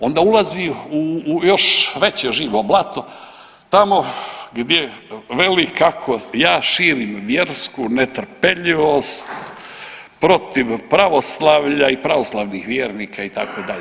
Onda ulazi u još veće živo blato tamo gdje veli kako ja širim vjersku netrpeljivost protiv pravoslavlja i pravoslavnih vjernika itd.